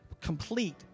complete